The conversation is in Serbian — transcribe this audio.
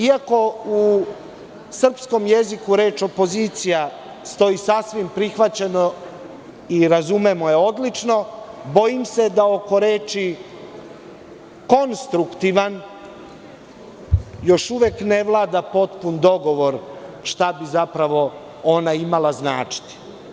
Iako u srpskom jeziku reč „opozicija“ stoji sasvim prihvaćeno i razumemo je odlično, bojim se da oko reči „konstruktivan“ još uvek ne vlada potpuni dogovor šta bi ona imala za značiti.